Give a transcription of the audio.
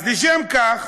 אז לשם כך